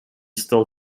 still